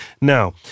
Now